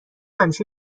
همیشه